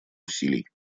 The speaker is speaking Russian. усилий